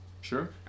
Sure